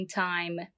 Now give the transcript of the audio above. time